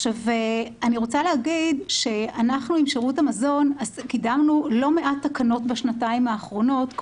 אנחנו עם שירות המזון קידמנו לא מעט תקנות בשנתיים האחרונות,